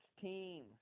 team